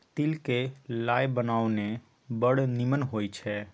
तिल क लाय बनाउ ने बड़ निमन होए छै